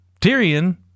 Tyrion